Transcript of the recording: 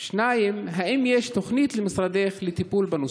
2. האם יש תוכנית למשרדך לטיפול בנושא?